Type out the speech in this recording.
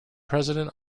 president